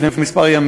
לפני כמה ימים,